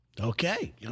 Okay